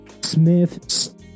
Smith